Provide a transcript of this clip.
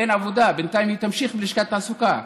אין עבודה, בינתיים היא תמשיך בלשכת התעסוקה.